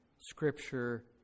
scripture